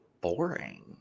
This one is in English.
boring